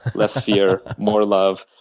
less fear, more love.